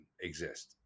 exist